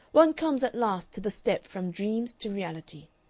one comes at last to the step from dreams to reality.